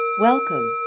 Welcome